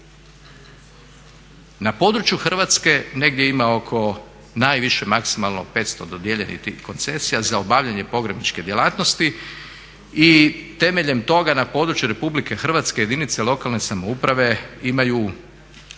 Na području Hrvatske negdje ima oko najviše maksimalno 500 dodijeljenih tih koncesija za obavljanje pogrebničke djelatnosti i temeljem toga na području RH jedinice lokalne samouprave imaju